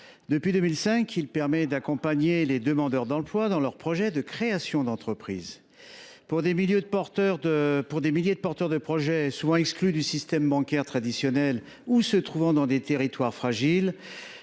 Depuis 2005, ce fonds permet d’accompagner les demandeurs d’emploi dans leur projet de création d’entreprise. Pour des milliers de porteurs de projet, souvent exclus du système bancaire traditionnel ou se trouvant dans des territoires fragiles,